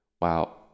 wow